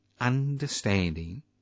understanding